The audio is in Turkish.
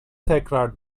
tekrar